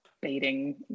baiting